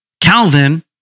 Calvin